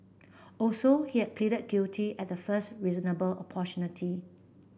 also he had pleaded guilty at the first reasonable